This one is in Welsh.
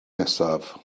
nesaf